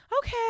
okay